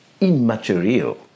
immaterial